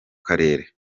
karere